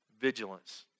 vigilance